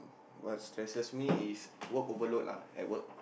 what stresses me is work overload lah at work